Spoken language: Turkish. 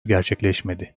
gerçekleşmedi